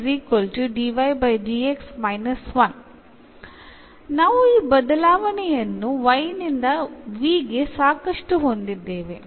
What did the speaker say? ഇവ തന്നിരിക്കുന്ന സമവാക്യത്തിൽ സബ്സ്റ്റിറ്റ്യൂട്ട് ചെയ്യാം